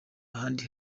ahandi